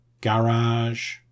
Garage